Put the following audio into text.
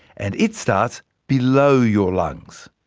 and it starts below your lungs.